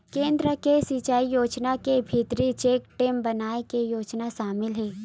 केन्द्र के सिचई योजना के भीतरी चेकडेम बनाए के योजना सामिल हे